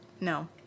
No